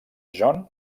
john